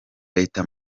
leta